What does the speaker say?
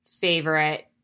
favorite